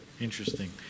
Interesting